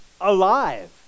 alive